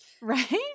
right